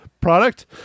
product